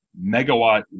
megawatt